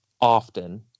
often